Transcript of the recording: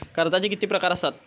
कर्जाचे किती प्रकार असात?